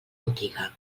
botiga